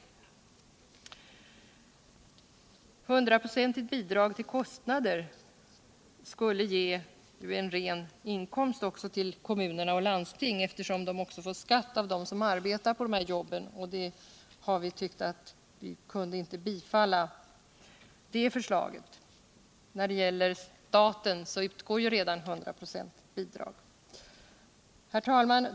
Eu hundraprocentigt bidrag till kostnader skulle ge en ren inkomst till kommuner och landsting, eftersom de också får skatt av dem som arbetar på dessa jobb. Utskottet har därför tyckt att man inte kunde tillstyrka det förslaget. När det gäller staten utgår ju redan hundraprocentigt bidrag. Herr talman!